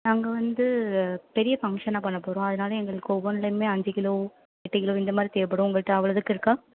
நாங்கள் வந்து பெரிய ஃபங்க்ஷனாக பண்ண போகிறோம் அதனால் எங்களுக்கு ஒவ்வொன்றுலையுமே அஞ்சு கிலோ எட்டு கிலோ இந்த மாதிரி தேவைப்படும் உங்கள்கிட்ட அவ்வளோதுக்கு இருக்கா